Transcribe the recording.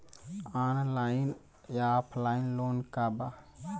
Online या offline loan का बा?